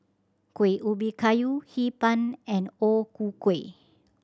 Kueh Ubi Kayu Hee Pan and O Ku Kueh